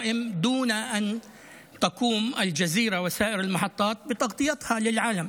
הזה בלי שאל-ג'זירה ושאר התחנות ישדרו זאת לעולם.